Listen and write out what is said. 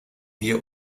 wir